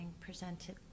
presented